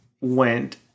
went